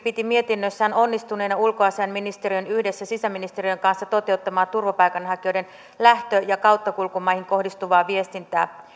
piti mietinnössään onnistuneena ulkoasiainministeriön yhdessä sisäministeriön kanssa toteuttamaa turvapaikanhakijoiden lähtö ja kauttakulkumaihin kohdistuvaa viestintää